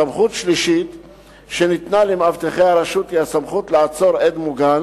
סמכות שלישית שניתנה למאבטחי הרשות היא הסמכות לעצור עד מוגן